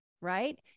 right